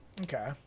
Okay